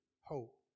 hope